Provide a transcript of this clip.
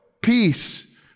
peace